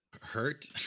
hurt